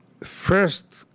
first